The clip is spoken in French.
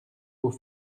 aux